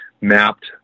mapped